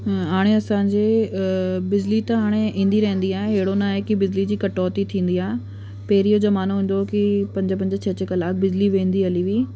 हा हाणे असांजे बिजली त हाणे ईंदी रहंदी आहे हेड़ो न आहे कि बिजली जी कटौती थींदी आहे पहिरीं जो ज़मानो हूंदो हो कि पंज पंज छह छह कलाक बिजली वेंदी हली हुई